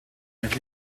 het